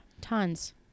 tons